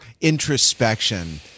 introspection